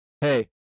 hey